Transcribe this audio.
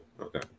Okay